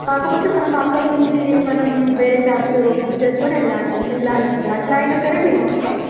కాకపోతే మనం అక్కడ నుండి మనం వేరే క్యాబ్స్ బుక్ చేసుకుని వెళ్ళాలి వెళ్ళాలి అండి అలా అయినా సరే మేము వస్తాము